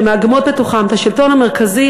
שמאגמות את השלטון המרכזי,